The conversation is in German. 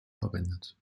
verwendet